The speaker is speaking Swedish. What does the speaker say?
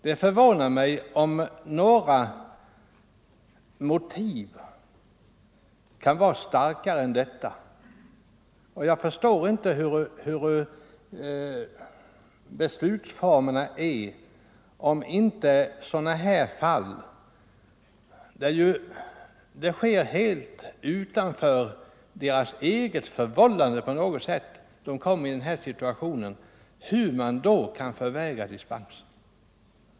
Det förvånar mig om några motiv för dispens kan vara starkare än dessa. Jag förstår inte hurudana beslutsformerna är om man kan vägra att ge dispens för tandläkare som på detta sätt utan eget förvållande hamnar i en besvärlig situation.